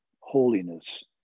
holiness